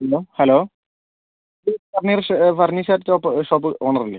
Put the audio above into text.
hello hello ഇത് furnish furniture shop shop owner അല്ലേ